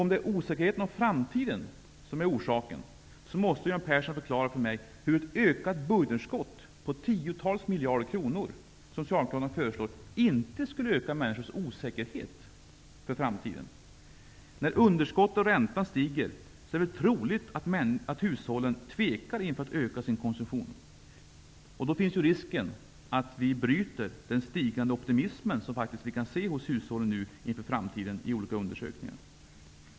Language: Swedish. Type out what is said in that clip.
Om det är osäkerheten för framtiden som är orsaken måste Göran Persson förklara för mig hur ett ökat budgetunderskott på tiotals miljarder kronor, som Socialdemokraterna föreslår, inte skulle öka människors osäkerhet för framtiden. När underskottet och räntan stiger är det väl troligt att hushållen tvekar inför att öka sin konsumtion. Då finns det ju risk att vi bryter den stigande optimism inför framtiden hos hushållen som vi faktiskt kan se i olika undersökningar.